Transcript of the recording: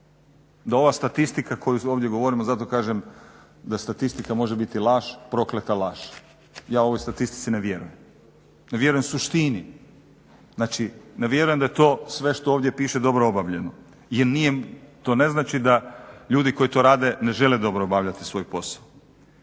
da ova statistika koju ovdje govorimo zato kažem da statistika može biti laž, prokleta laž. Ja ovoj statistici ne vjerujem, ne vjerujem suštini. Znači ne vjerujem da je to sve što ovdje piše dobro obavljeno. To ne znači da ljudi koji to rade ne žele dobro obavljati svoj posao.